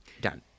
done